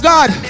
God